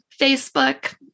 Facebook